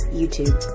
YouTube